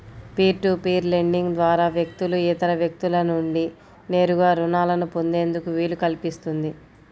peer to peer lending ద్వారా వ్యక్తులు ఇతర వ్యక్తుల నుండి నేరుగా రుణాలను పొందేందుకు వీలు కల్పిస్తుంది